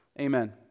amen